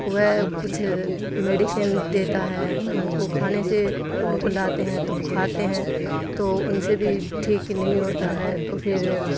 وہ کچھ میڈیسن دیتا ہے ان کو کھانے سے ان کو لاتے ہیں تب کھاتے ہیں تو ان سے بھی ٹھیک نہیں ہوتا ہے تو پھر